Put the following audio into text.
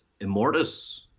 Immortus